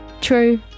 True